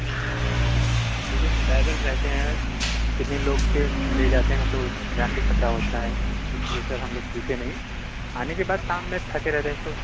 हम लोग भी कभी नहीं पीते क्योंकि हम ड्राइवर रहते हैं कितने लोग को ले जाते हैं तो जान का ख़तरा होता है इसलिए सर हम लोग पीते नहीं आने के बाद शाम में थके रहते हैं तो